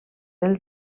del